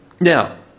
Now